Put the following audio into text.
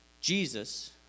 Jesus